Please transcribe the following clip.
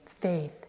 faith